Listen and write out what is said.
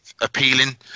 appealing